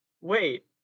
wait